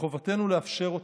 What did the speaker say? מחובתנו לאפשר זאת.